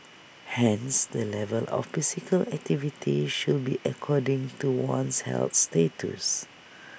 hence the level of physical activity should be according to one's health status